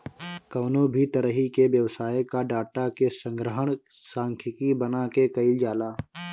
कवनो भी तरही के व्यवसाय कअ डाटा के संग्रहण सांख्यिकी बना के कईल जाला